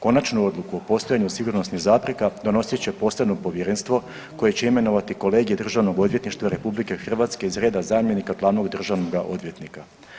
Konačnu odluku o postojanju sigurnosnih zapreka donosit će posebno povjerenstvo koje će imenovati kolegij Državnog odvjetništva Republike Hrvatske iz reda zamjenika glavnog državnog odvjetnika.